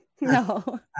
No